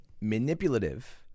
manipulative